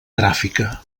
gràfica